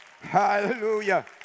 Hallelujah